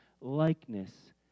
likeness